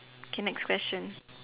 okay next question